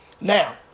now